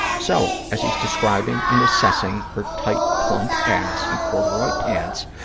so, as he's describing and assessing her tight, plump ass in corduroy pants,